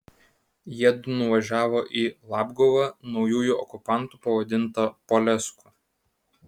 jiedu nuvažiavo į labguvą naujųjų okupantų pavadintą polesku